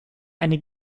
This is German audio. eine